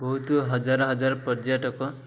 ବହୁତ ହଜାର ହଜାର ପର୍ଯ୍ୟଟକ